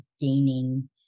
gaining